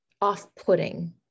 off-putting